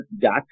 dot